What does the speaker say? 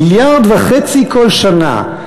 מיליארד וחצי כל שנה.